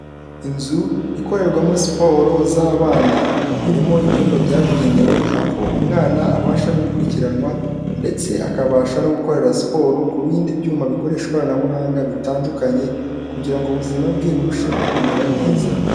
Inzu ikorerwamo siporo z'abana, irimo ibyumba byabugenewe, aho umwana abasha gukurikiranwa ndetse akabasha no gukorera siporo ku bindi byuma bikoresha ikoranabuhanga bitandukanye, kugira ngo ubuzima bwe burusheho kumera neza.